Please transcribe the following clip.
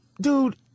dude